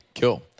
Cool